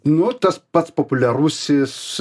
nu tas pats populiarusis